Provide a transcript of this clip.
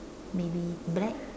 maybe black